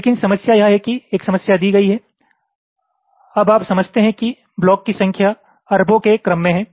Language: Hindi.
लेकिन समस्या यह है कि एक समस्या दी गई है अब आप समझते हैं कि ब्लॉक की संख्या अरबों के क्रम में है